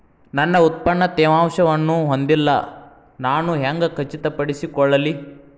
ನನ್ನ ಉತ್ಪನ್ನ ತೇವಾಂಶವನ್ನು ಹೊಂದಿಲ್ಲಾ ನಾನು ಹೆಂಗ್ ಖಚಿತಪಡಿಸಿಕೊಳ್ಳಲಿ?